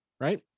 right